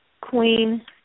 Queen